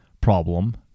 problem